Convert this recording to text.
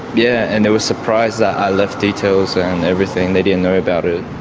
yeah and they were surprised that i left details and everything. they didn't know about it.